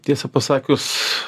tiesą pasakius